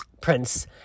Prince